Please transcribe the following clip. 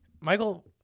Michael